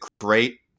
great